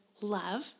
love